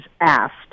asked